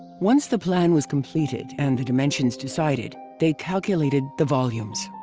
once the plan was completed and the dimensions decided, they calculated the volumes.